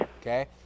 Okay